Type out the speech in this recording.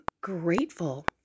grateful